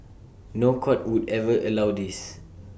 no court would ever allow this